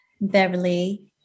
Beverly